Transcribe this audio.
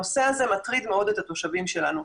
הנושא הזה מטריד מאוד את התושבים שלנו.